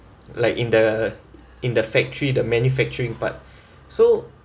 like in the in the factory the manufacturing part so